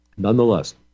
Nonetheless